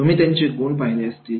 तुम्ही त्यांचे गुण पाहिले असतील